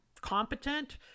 competent